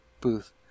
booth